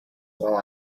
while